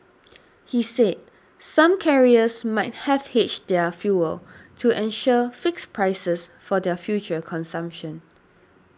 he said some carriers might have hedged their fuel to ensure fixed prices for their future consumption